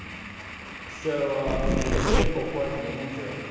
so it's it's a difficult question to answer.